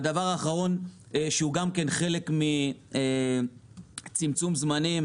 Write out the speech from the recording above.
הדבר האחרון שהוא גם חלק מצמצום זמנים